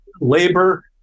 labor